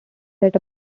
that